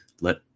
let